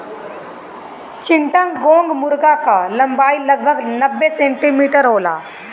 चिट्टागोंग मुर्गा कअ लंबाई लगभग नब्बे सेंटीमीटर होला